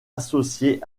associée